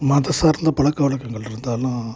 மதம் சார்ந்த பழக்க வழக்கங்கள் இருந்தாலும்